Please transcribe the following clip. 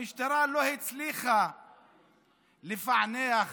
המשטרה לא הצליחה לפענח